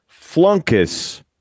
Flunkus